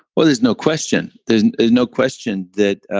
well, there's no question. there's no question that.